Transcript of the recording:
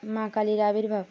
মা কালী আবির্ভাব